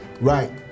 Right